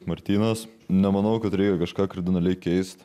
martynas nemanau kad reikia kažką kardinaliai keist